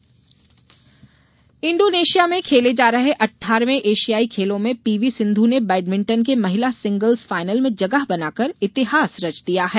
एशियाई खेल इंडोनेशिया में खेले जा रहे अट्ठारवें एशियाई खेलों में पीवी सिंधु ने बैडमिंटन के महिला सिंगल्स फाइनल में जगह बनाकर इतिहास रच दिया है